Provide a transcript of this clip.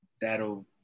that'll